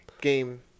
game